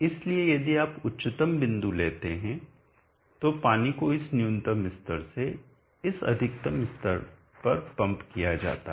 इसलिए यदि आप उच्चतम बिंदु लेते हैं तो पानी को इस न्यूनतम स्तर से इस अधिकतम स्तर पर पंप किया जाता है